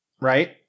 right